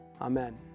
Amen